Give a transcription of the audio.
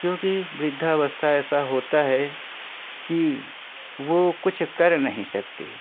क्योंकि वृद्धावस्था ऐसा होता है कि वो कुछ कर नहीं सकते